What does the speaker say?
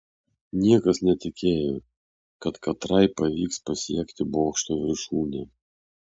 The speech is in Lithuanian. niekas netikėjo kad katrai pavyks pasiekti bokšto viršūnę